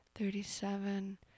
thirty-seven